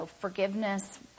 forgiveness